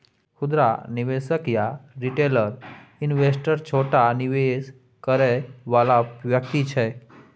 खुदरा निवेशक या रिटेल इन्वेस्टर छोट निवेश करइ वाला व्यक्ति छै